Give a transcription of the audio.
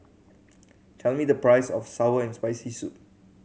tell me the price of sour and Spicy Soup